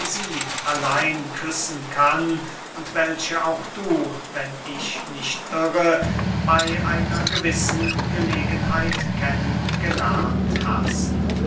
sie allein küssen kann und welche auch du wenn ich nicht irre bey einer gewissen gelegenheit kennen gelernt hast